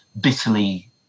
bitterly